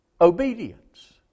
Obedience